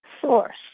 source